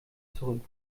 zurück